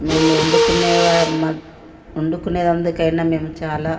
మేము వండుకునే మ వండుకునేటందుకు అయినా మేము చాలా